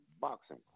boxing